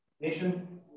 nation